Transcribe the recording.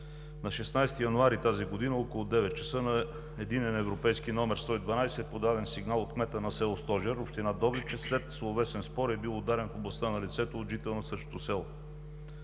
На 16 януари тази година около 9,00 ч. на Единен европейски номер 112 е подаден сигнал от кмета на село Стожер – община Добрич, че след словесен спор е бил ударен в областта на лицето от жител на същото село.